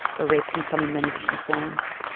but rape can come in many different forms.